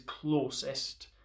closest